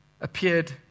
appeared